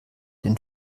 den